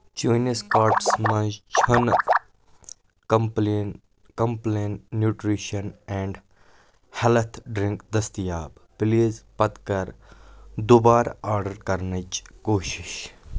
چٲنِس کارٹس مَنٛز چھنہٕ Complan Complan nutrition and health drink دٔسیتاب پلیز پتہٕ کر دُبارٕ آرڈر کرنٕچ کوٗشش